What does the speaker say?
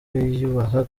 wiyubaha